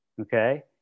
okay